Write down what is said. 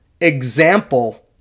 example